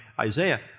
Isaiah